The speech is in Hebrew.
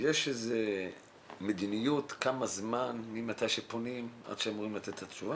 יש איזו מדיניות כמה זמן עובר ממועד הפנייה עד שאמורים לתת תשובה?